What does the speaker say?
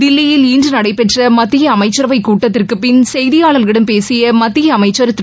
தில்லியில் இன்று நடைபெற்ற மத்திய அமைச்சரவை கூட்டத்திற்கு பின் செய்தியாளர்களிடம் பேசிய மத்திய அமைச்ச் திரு